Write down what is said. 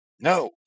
No